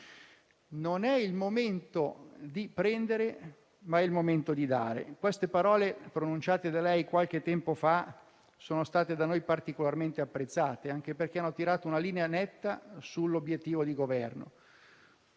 «Non è il momento di prendere i soldi ai cittadini, ma di darli». Queste parole pronunciate da lei qualche tempo fa sono state da noi particolarmente apprezzate, anche perché hanno tracciato una linea netta sull'obiettivo di Governo.